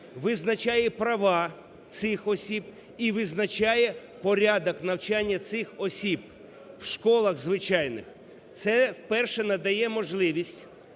визначає права цих осіб і визначає порядок навчання цих осіб в школах звичайних. Це, перше, надає можливість